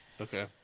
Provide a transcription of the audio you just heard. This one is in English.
Okay